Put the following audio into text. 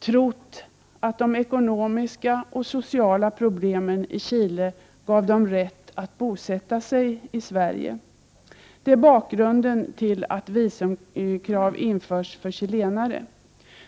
tror att de ekonomiska och sociala problemen i Chile ger dem rätt att bosätta sig i Sverige. Det är bakgrunden till att visumkrav infördes för chilenare.